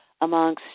amongst